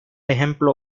ejemplo